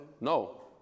No